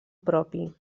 propi